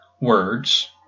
words